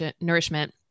nourishment